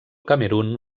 camerun